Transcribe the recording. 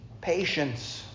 patience